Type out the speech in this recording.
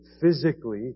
physically